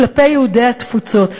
כלפי יהודי התפוצות.